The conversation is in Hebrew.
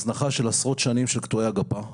הזנחה של עשרות שנים של קטועי הגפה,